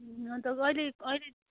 अन्त अलिक अहिले